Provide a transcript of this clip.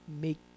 make